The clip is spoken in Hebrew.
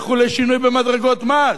לכו לשינוי במדרגות מס.